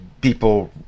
people